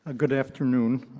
ah good afternoon.